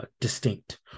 distinct